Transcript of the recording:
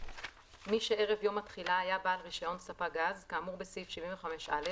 מי שערב יום התחילה היה בעל רישיון ספק גז כאמור בסעיף 75(א),